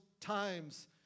times